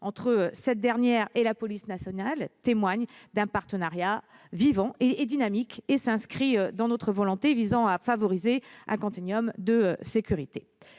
entre cette dernière et la police nationale témoigne d'un partenariat vivant et dynamique, et s'inscrit dans notre volonté visant à favoriser un continuum de sécurité.